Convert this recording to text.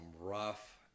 rough